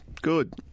Good